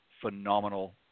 phenomenal